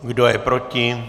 Kdo je proti?